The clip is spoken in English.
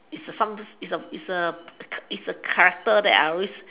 is a some is a is a is a character that I always